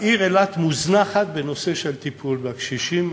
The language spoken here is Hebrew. העיר אילת מוזנחת בנושא של טיפול בקשישים,